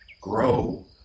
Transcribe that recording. Grow